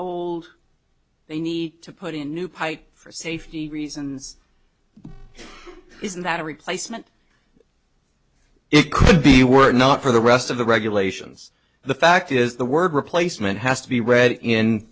old they need to put in a new pipe for safety reasons isn't that a replacement it could be were not for the rest of the regulations the fact is the word replacement has to be read in